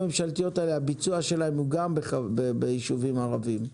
הממשלתיות, הביצוע שלהן הוא גם בישובים ערביים.